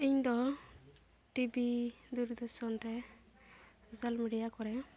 ᱤᱧᱫᱚ ᱴᱤᱵᱷᱤ ᱫᱩᱨᱚᱫᱩᱨᱥᱚᱱ ᱨᱮ social media ᱠᱚᱨᱮ